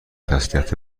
تسلیت